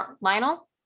Lionel